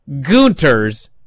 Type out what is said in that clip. Gunter's